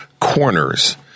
corners